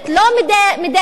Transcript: לא מדלת,